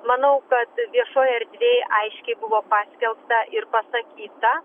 manau kad viešoj erdvėj aiškiai buvo paskelbta ir pasakyta